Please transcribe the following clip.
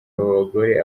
abagore